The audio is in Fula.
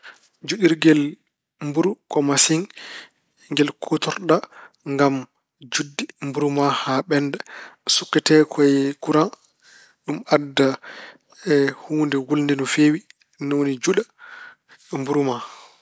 Juɗirgel mburu ko masiŋ ngel kuutorɗa ngam juɗde mburu ma haa ɓennda. Sukkate ko e kuraŋ, ɗum adda huunde wulnde no feewi. Ni woni njuɗa mburu ma.